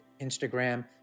Instagram